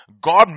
god